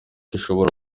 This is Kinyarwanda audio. ashobora